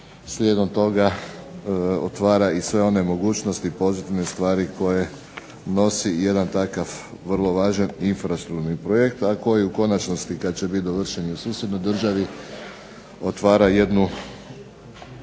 slijedom toga otvara i sve one mogućnosti, pozitivne stvari koje nosi jedan takav vrlo važan infrastrukturni projekt a koji u konačnosti kad će biti dovršen i u susjednoj državi otvara jednu